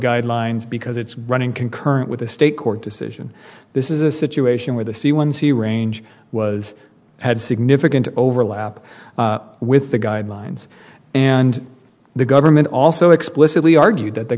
guidelines because it's running concurrent with a state court decision this is a situation where the c one c range was had significant overlap with the guidelines and the government also explicitly argued that the